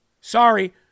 Sorry